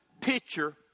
picture